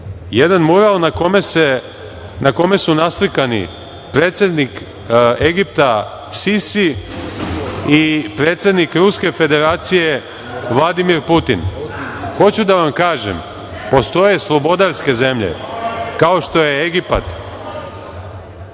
jedan mural na kome su naslikani predsednik Egipta Sisi i predsednik Ruske Federacije Vladimir Putin. Hoću da vam kažem da postoje slobodarske zemlje, kao što je Egipat